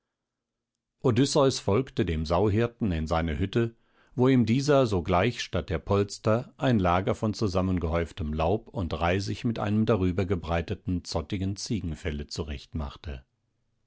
odysseus folgte dem sauhirten in seine hütte wo ihm dieser sogleich statt der polster ein lager von zusammengehäuftem laub und reisig mit einem darüber gebreiteten zottigen ziegenfelle